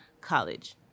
college